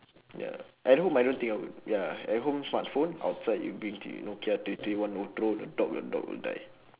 ya at home I don't think I would ya at home smartphone outside you bring the nokia three three one O you throw the dog the dog will die